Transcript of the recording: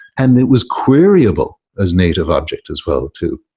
and it was queryable as native object as well too.